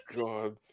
God